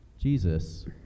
Jesus